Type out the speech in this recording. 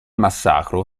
massacro